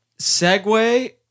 segue